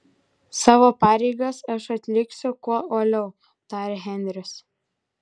savo pareigas aš atliksiu kuo uoliau tarė henris